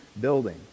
building